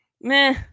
meh